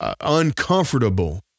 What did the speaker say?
uncomfortable